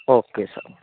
okay sir